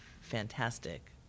fantastic